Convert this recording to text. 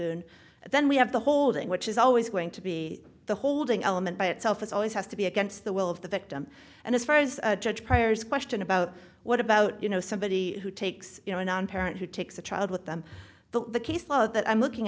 and then we have the holding which is always going to be the holding element by itself it always has to be against the will of the victim and as far as judge prior is question about what about you know somebody who takes you know a non parent who takes a child with them the case law that i'm looking